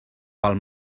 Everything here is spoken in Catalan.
pel